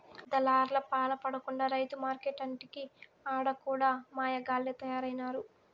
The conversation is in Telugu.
దళార్లపాల పడకుండా రైతు మార్కెట్లంటిరి ఆడ కూడా మాయగాల్లె తయారైనారు